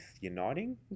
Uniting